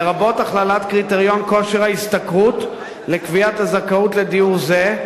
לרבות הכללת קריטריון כושר ההשתכרות לקביעת הזכאות לדיור זה,